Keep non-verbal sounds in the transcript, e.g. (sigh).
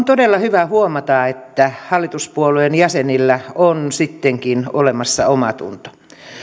(unintelligible) todella hyvä huomata että hallituspuolueen jäsenillä on sittenkin olemassa omatunto